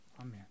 Amen